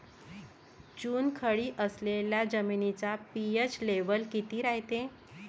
चुनखडी असलेल्या जमिनीचा पी.एच लेव्हल किती रायते?